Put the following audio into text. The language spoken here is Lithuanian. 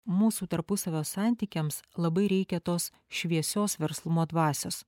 mūsų tarpusavio santykiams labai reikia tos šviesios verslumo dvasios